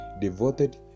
devoted